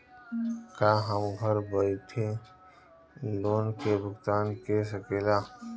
का हम घर बईठे लोन के भुगतान के शकेला?